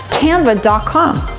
canva and com.